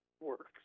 works